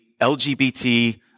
LGBT